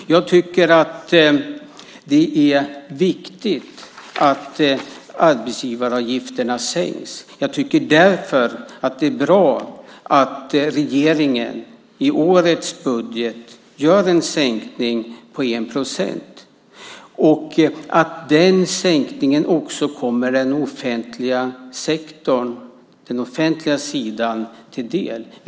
Jag tycker att det är viktigt att arbetsgivaravgifterna sänks. Jag tycker därför att det är bra att regeringen i årets budget gör en sänkning på 1 procent och att den sänkningen också kommer den offentliga sektorn och den offentliga sidan till del.